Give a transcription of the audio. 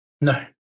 No